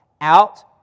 Out